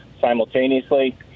simultaneously